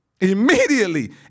Immediately